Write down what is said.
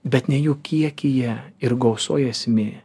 bet ne jų kiekyje ir gausoj esmė